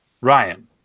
Ryan